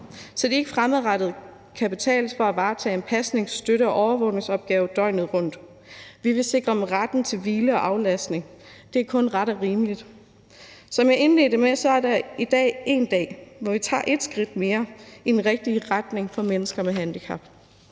så de ikke fremadrettet kan betales fra at varetage en pasnings-, støtte- og overvågningsopgave døgnet rundt. Vi vil sikre dem retten til hvile og aflastning – det er kun ret og rimeligt. Som jeg indledte med at sige, er dette en dag, hvor vi tager et skridt mere i den rigtige retning for mennesker med handicap.